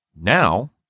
now